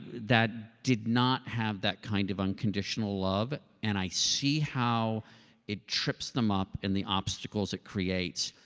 that did not have that kind of unconditional love, and i see how it trips them up and the obstacles it creates,